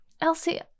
Elsie